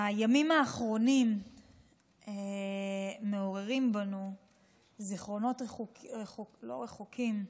הימים האחרונים מעוררים בנו זיכרונות לא רחוקים,